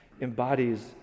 embodies